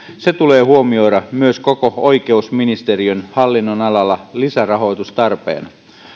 se tulee huomioida myös koko oikeusministeriön hallinnonalalla lisärahoitustarpeena